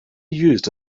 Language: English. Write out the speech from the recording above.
used